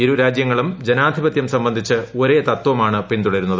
ഇരു രാജ്യങ്ങളും ജനാധിപത്യം സംബന്ധിച്ച് ഒരേ തത്വമാണ് പിന്തുടരുന്നത്